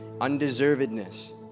undeservedness